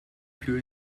pure